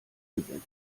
gesetzt